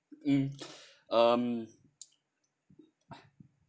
mm um